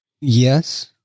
Yes